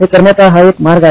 हे करण्याचा हा एक मार्ग आहे